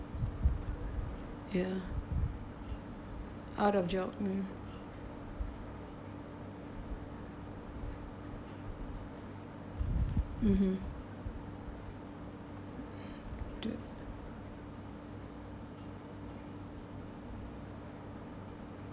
ya out of job mm (uh huh)